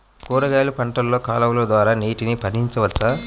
కూరగాయలు పంటలలో కాలువలు ద్వారా నీటిని పరించవచ్చా?